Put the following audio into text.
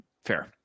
Fair